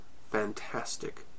fantastic